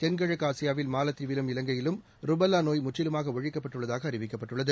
தென்கிழக்கு ஆசியாவில் மாலத்தீவிலும் இலங்கையிலும் ருபெல்லா நோய் முற்றிலுமாக ஒழிக்கப்பட்டுள்ளதாக அறிவிக்கப்பட்டுள்ளது